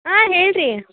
ಹಾಂ ಹೇಳ್ರಿ